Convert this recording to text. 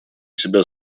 себя